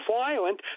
violent